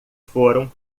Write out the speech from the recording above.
foram